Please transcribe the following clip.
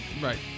Right